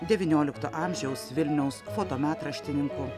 devyniolikto amžiaus vilniaus fotometraštininku